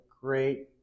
great